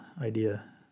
idea